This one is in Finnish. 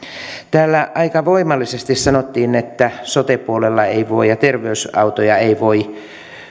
täällä aika voimallisesti sanottiin että sote puolella ei voi ja terveysautoja ei voi